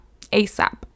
ASAP